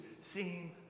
seem